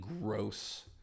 gross